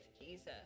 Jesus